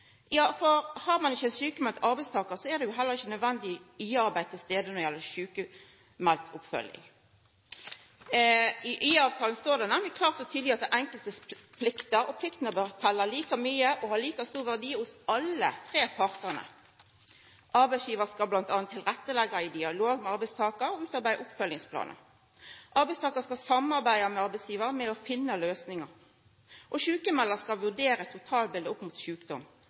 Ja, for har ein ikkje nokon sjukmeld arbeidstakar, så er jo heller ikkje nødvendig IA-arbeid til stades når det gjeld sjukmeldingsoppfølging. I IA-avtalen står det nemleg klårt og tydeleg at dei enkelte har plikter, og at pliktene tel like mykje og har like stor verdi hos alle tre partane. Arbeidsgivar skal m.a. leggja til rette i dialog med arbeidstakar og utarbeida oppfølgingsplanar. Arbeidstakar skal samarbeida med arbeidsgivar om å finna løysingar, og sjukmeldar skal vurdera totalbiletet opp mot sjukdom